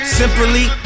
simply